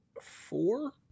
four